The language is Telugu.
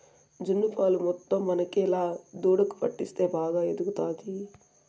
జున్ను పాలు మొత్తం మనకేలా దూడకు పట్టిస్తే బాగా ఎదుగుతాది